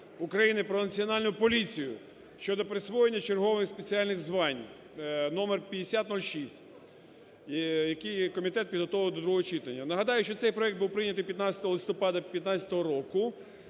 "Про Національну поліцію" щодо присвоєння чергових спеціальних звань (№5006), який комітет підготовив до другого читання. Нагадаю, що цей проект був прийнятий 15 листопада 15-го року.